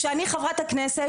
שאני חברת הכנסת,